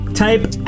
type